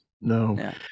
no